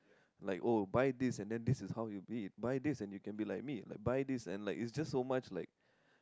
like oh buy this and then this is how you be it buy this and you can be like me like buy this and like it's just so much like